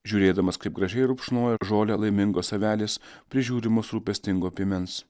žiūrėdamas kaip gražiai rupšnojo žolę laimingos avelės prižiūrimos rūpestingo piemens